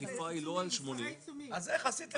אכיפה היא לא על 80 --- אז איך עשיתם את זה ככה?